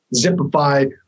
Zipify